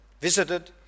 visited